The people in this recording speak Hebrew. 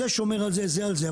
זה שומר על זה זה על זה,